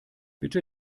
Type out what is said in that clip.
bitte